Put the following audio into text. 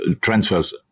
transfers